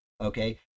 Okay